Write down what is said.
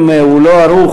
אם הוא לא ערוך,